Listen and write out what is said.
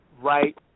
right